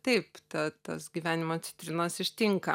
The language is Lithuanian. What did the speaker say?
taip ta tas gyvenimo citrinos ištinka